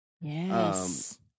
Yes